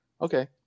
Okay